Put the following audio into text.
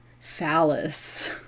phallus